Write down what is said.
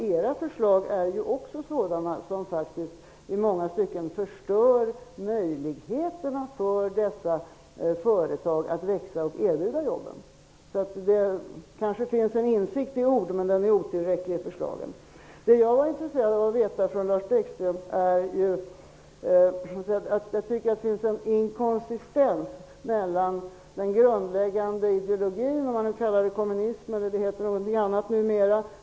Era förslag är sådana som i långa stycken förstör möjligheterna för de privata företagen att växa och erbjuda jobb. Det kanske finns en insikt i ord, men den är otillräcklig i förslagen. Det finns en inkongruens med tanke på den grundläggande ideologin -- om den heter kommunism eller något annat numera.